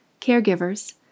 caregivers